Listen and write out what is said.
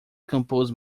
compose